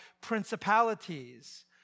principalities